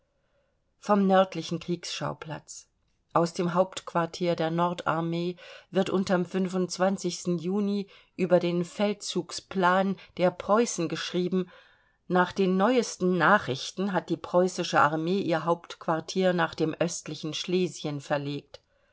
vom nördlichen kriegsschauplatz aus dem hauptquartier der nord armee wird unterm juni über den feldzugsplan der preußen geschrieben nach den neuesten nachrichten hat die preußische armee ihr hauptquartier nach dem östlichen schlesien verlegt